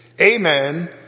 amen